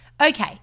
Okay